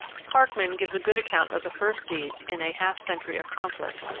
parkman gives a good account of the first siege in a half-century of conflict,